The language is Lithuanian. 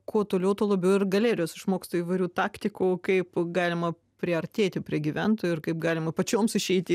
kuo toliau tuo labiau ir galerijos išmoksta įvairių taktikų kaip galima priartėti prie gyventojų ir kaip galima pačioms išeit į